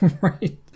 Right